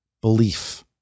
belief